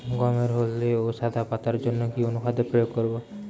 গমের হলদে ও সাদা পাতার জন্য কি অনুখাদ্য প্রয়োগ করব?